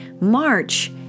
March